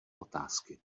otázky